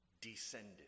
descended